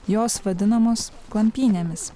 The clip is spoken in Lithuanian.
jos vadinamos klampynėmis